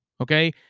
Okay